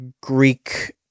Greek